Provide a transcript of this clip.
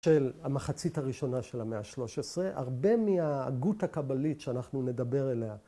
‫של המחצית הראשונה של המאה ה-13, ‫הרבה מההגות הקבלית ‫שאנחנו נדבר אליה,